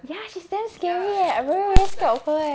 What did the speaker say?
ya she's damn scary everybody scare of her leh